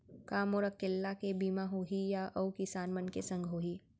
का मोर अकेल्ला के बीमा होही या अऊ किसान मन के संग होही?